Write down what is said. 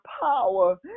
power